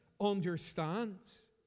understands